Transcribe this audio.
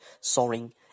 soaring